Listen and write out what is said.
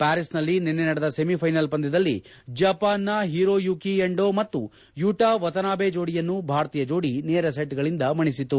ಪ್ಕಾರಿಸ್ನಲ್ಲಿ ನಿನ್ನೆ ನಡೆದ ಸೆಮಿಫೈನಲ್ ಪಂದ್ಯದಲ್ಲಿ ಜಪಾನ್ನ ಹಿರೊಯುಕಿ ಎಂಡೊ ಮತ್ತು ಯುಟಾ ವತನಾಬೆ ಜೋಡಿಯನ್ನು ಭಾರತೀಯ ಜೋಡಿ ನೇರ ಸೆಟ್ಗಳಿಂದ ಮಣೆಸಿತು